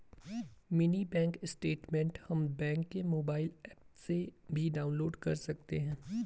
mini bank statement हम bank के mobile app से भी डाउनलोड कर सकते है